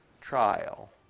trial